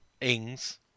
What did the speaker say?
Ings